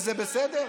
וזה בסדר.